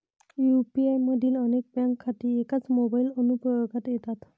UPI मधील अनेक bank खाती एकाच मोबाइल अनुप्रयोगात येतात